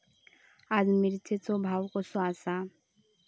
आज मिरचेचो भाव कसो आसा?